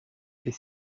est